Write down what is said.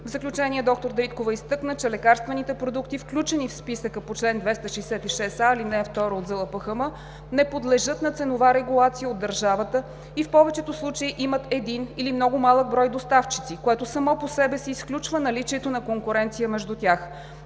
В заключение, доктор Дариткова изтъкна, че лекарствените продукти, включени в списъка по чл. 266а, ал. 2 от ЗЛПХМ, не подлежат на ценова регулация от държавата и в повечето случаи имат един или много малък брой доставчици, което само по себе си изключва наличието на конкуренция между тях.